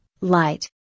light